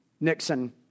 Nixon